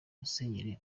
musenyeri